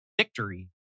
victory